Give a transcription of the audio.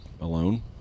alone